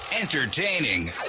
entertaining